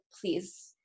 please